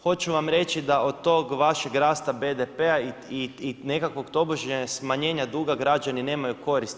Hoću vam reći da od tog vašeg rasta BDP-a i nekakvog tobože smanjenja duga građani nemaju koristi.